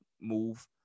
move